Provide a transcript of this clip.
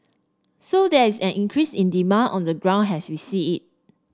so there is an increase in demand on the ground as we see it